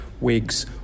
wigs